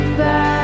back